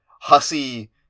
hussy